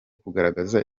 kugaragaza